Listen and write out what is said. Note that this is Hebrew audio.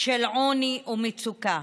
של עוני ומצוקה.